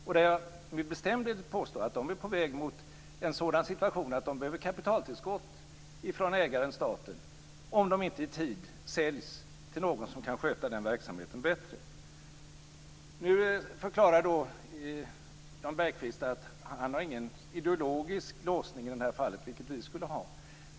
Jag vill med bestämdhet påstå att de är på väg mot en sådan situation att de behöver kapitaltillskott från ägaren, staten, om de inte i tid säljs till någon som kan sköta verksamheten bättre. Jan Bergqvist förklarar att han inte har någon ideologisk låsning i det här fallet, vilket vi skulle ha.